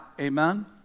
Amen